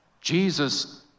Jesus